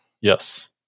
Yes